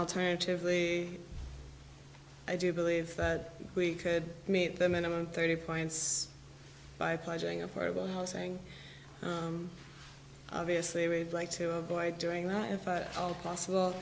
alternatively i do believe we could meet the minimum thirty points by pledging affordable housing obviously we'd like to avoid doing that if at all possible